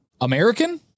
American